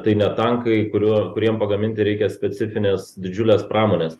tai ne tankai kuriuo kuriem pagaminti reikia specifinės didžiulės pramonės